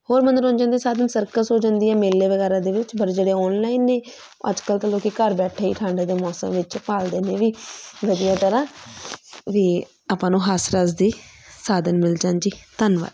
ਹੋਰ ਮੰਨੋਰੰਜਨ ਦੇ ਸਾਧਨ ਸਰਕਸ ਹੋ ਜਾਂਦੀ ਹੈ ਮੇਲੇ ਵਗੈਰਾ ਦੇ ਵਿੱਚ ਪਰ ਜਿਹੜੇ ਔਨਲਾਈਨ ਨੇ ਅੱਜ ਕੱਲ੍ਹ ਤਾਂ ਲੋਕ ਘਰ ਬੈਠੇ ਹੀ ਠੰਡ ਦੇ ਮੌਸਮ ਵਿੱਚ ਭਾਲਦੇ ਨੇ ਵੀ ਵਧੀਆ ਤਰ੍ਹਾਂ ਵੀ ਆਪਾਂ ਨੂੰ ਹਾਸ ਰਸ ਦੇ ਸਾਧਨ ਮਿਲ ਜਾਣ ਜੀ ਧੰਨਵਾਦ